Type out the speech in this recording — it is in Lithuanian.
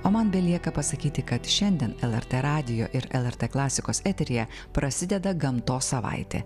o man belieka pasakyti kad šiandien lrt radijo ir lrt klasikos eteryje prasideda gamtos savaitė